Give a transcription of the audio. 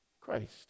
Christ